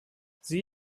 sie